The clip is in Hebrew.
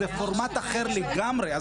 זה פורמט אחר לגמרי.